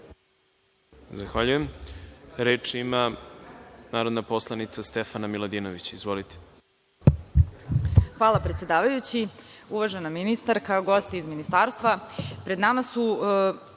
Zahvaljujem. Reč ima narodni poslanik Saša Radulović. Izvolite.